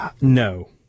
No